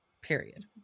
Period